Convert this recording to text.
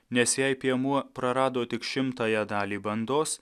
nes jei piemuo prarado tik šimtąją dalį bandos